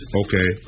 okay